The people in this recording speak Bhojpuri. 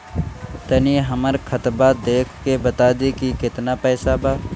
तनी हमर खतबा देख के बता दी की केतना पैसा बा?